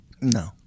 No